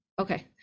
okay